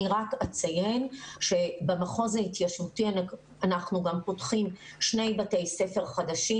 אני רק אציין שבמחוז ההתיישבותי אנחנו פותחים שני בתי ספר חדשים.